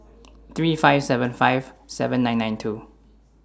three five seven five seven nine nine two